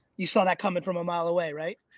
you saw that coming from a mile away, right?